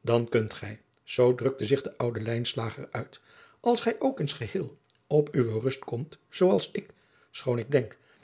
dan kunt gij zoo drukte zich de oude lijnslager uit als gij ook eens geheel op uwe rust komt zoo als ik schoon ik denk